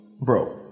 bro